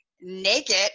naked